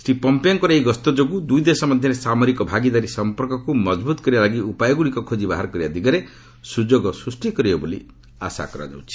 ଶ୍ରୀ ପମ୍ପେଓଙ୍କର ଏହି ଗସ୍ତ ଯୋଗୁଁ ଦୁଇଦେଶ ମଧ୍ୟରେ ସାମରିକ ଭାଗିଦାରୀ ସଂପର୍କକୁ ମଜବୁତ କରିବା ଲାଗି ଉପାୟଗୁଡ଼ିକ ଖୋଜି ବାହାର କରିବା ଦିଗରେ ସୁଯୋଗ ସୃଷ୍ଟି କରିବ ବୋଲି ଆଶା କରାଯାଉଛି